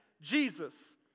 Jesus